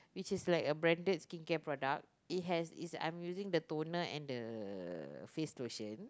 which is like a branded skincare product it has is I am using the toner and the face lotion